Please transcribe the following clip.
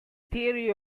theory